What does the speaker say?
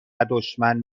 دشمن